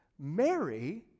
Mary